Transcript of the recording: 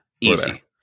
easy